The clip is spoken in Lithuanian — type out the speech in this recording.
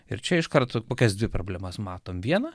ir čia iš karto kokias dvi problemas matom viena